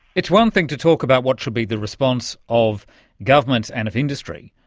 it's one thing to talk about what should be the response of governments and of industry,